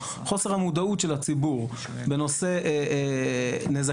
חוסר המודעות של הציבור בנושא נזקים